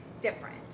different